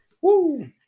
Woo